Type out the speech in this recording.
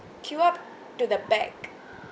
queue up to the back